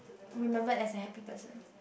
remembered as a happy person